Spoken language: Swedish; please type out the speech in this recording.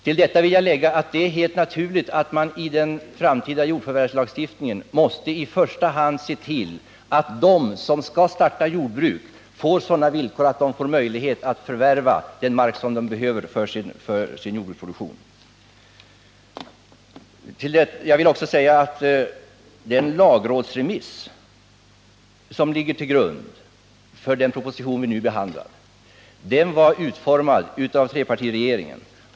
Till detta vill jag lägga att det är helt naturligt att man i den framtida jordförvärvslagstiftningen i första hand måste se till ätt de som skall starta jordbruk får sådana villkor att de har möjlighet att förvärva den mark de behöver för sin jordbruksproduktion. Den lagrådsremiss som ligger till grund för den proposition vi nu behandlar var utformad av trepartiregeringen.